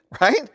right